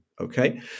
Okay